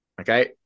Okay